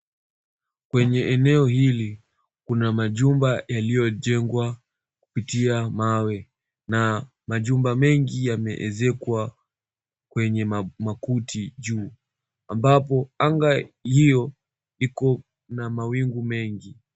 Kwenye eneo hili kuna majumba yaliyojengwa kupitia mawe. Na majumba mengi yameezekwa kwenye makuti juu ambapo anga hiyo iko na mawingu mengi.